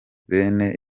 bene